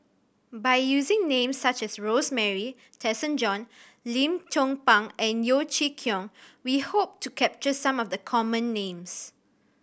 by using names such as Rosemary Tessensohn Lim Chong Pang and Yeo Chee Kiong we hope to capture some of the common names